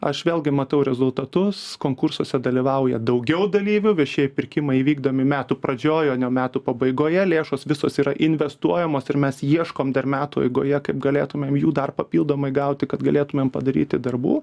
aš vėlgi matau rezultatus konkursuose dalyvauja daugiau dalyvių viešieji pirkimai įvykdomi metų pradžioj o ne metų pabaigoje lėšos visos yra investuojamos ir mes ieškom dar metų eigoje kaip galėtumėm jų dar papildomai gauti kad galėtumėm padaryti darbų